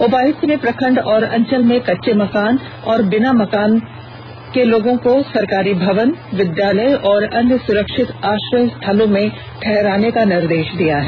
उपायुक्त ने प्रखंड एवं अंचल में कच्चे मकान एवं बिना मकान में रहने वाले लोगों को सरकारी भवन विद्यालय और अन्य सुरक्षित आश्रय स्थलों में ठहराने का निर्देष दिया है